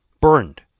Burned